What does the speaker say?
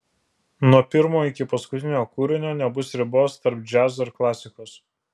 nuo pirmo iki paskutinio kūrinio nebus ribos tarp džiazo ir klasikos